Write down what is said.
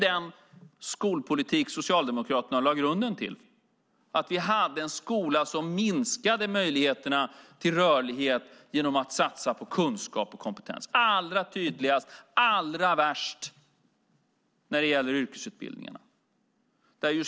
Den skolpolitik som Socialdemokraterna lade grunden till var en skola som minskade möjligheterna till rörlighet genom att satsa på kunskap och kompetens. Allra tydligast och allra värst är det när det gäller yrkesutbildningarna.